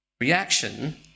Reaction